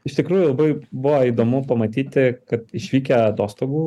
iš tikrųjų labai buvo įdomu pamatyti kad išvykę atostogų